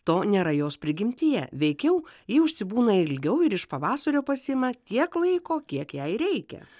to nėra jos prigimtyje veikiau ji užsibūna ilgiau ir iš pavasario pasiima tiek laiko kiek jai reikia